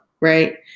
right